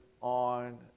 on